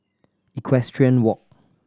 Equestrian Walk